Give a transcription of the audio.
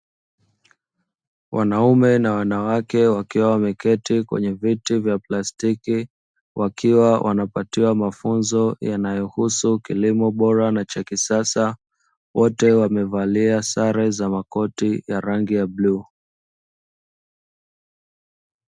Wanaume na wanawake wakiwa wameketi kwenye viti vya plastiki, wakiwa wanapatiwa mafunzo yanayohusu kilimo bora na cha kisasa, wote wamevalia sare za makoti ya rangi ya bluu.